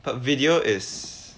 but video is